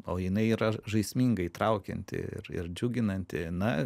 o jinai yra žaismingai įtraukianti ir ir džiuginanti na